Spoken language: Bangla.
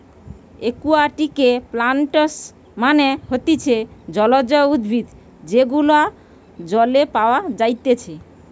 একুয়াটিকে প্লান্টস মানে হতিছে জলজ উদ্ভিদ যেগুলো জলে পাওয়া যাইতেছে